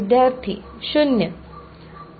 विद्यार्थी 0